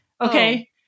okay